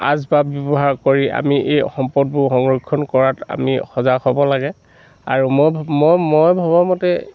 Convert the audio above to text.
আচবাব ব্যৱহাৰ কৰি আমি এই সম্পদবোৰ সংৰক্ষণ কৰাত আমি সজাগ হ'ব লাগে আৰু মই ভবা মতে